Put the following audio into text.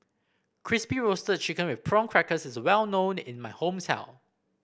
Crispy Roasted Chicken with Prawn Crackers is well known in my hometown